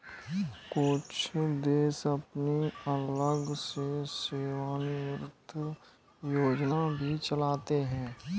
कुछ देश अपनी अलग से सेवानिवृत्त योजना भी चलाते हैं